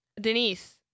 Denise